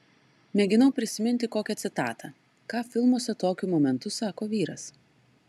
mėginau prisiminti kokią citatą ką filmuose tokiu momentu sako vyras